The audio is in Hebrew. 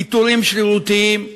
פיטורים שרירותיים,